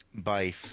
Bife